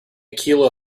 kilo